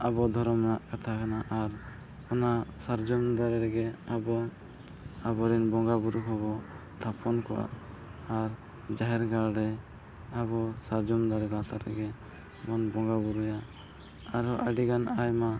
ᱟᱵᱚ ᱫᱷᱚᱨᱚᱢ ᱨᱮᱱᱟᱜ ᱠᱟᱛᱷᱟ ᱠᱟᱱᱟ ᱟᱨ ᱚᱱᱟ ᱥᱟᱨᱡᱚᱢ ᱫᱟᱨᱮ ᱨᱮᱜᱮ ᱟᱵᱚ ᱟᱵᱚᱨᱮᱱ ᱵᱚᱸᱜᱟᱼᱵᱩᱨᱩ ᱠᱚᱵᱚᱱ ᱛᱷᱟᱯᱚᱱ ᱠᱚᱣᱟ ᱟᱨ ᱡᱟᱦᱮᱨ ᱜᱟᱲᱨᱮ ᱟᱵᱚ ᱥᱟᱨᱡᱚᱢ ᱫᱟᱨᱮ ᱛᱮᱜᱮ ᱵᱚᱱ ᱵᱚᱸᱜᱟᱼᱵᱩᱨᱩᱭᱟ ᱟᱨᱦᱚᱸ ᱟᱹᱰᱤᱜᱟᱱ ᱟᱭᱢᱟ